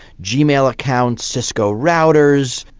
gmail accounts, cisco routers,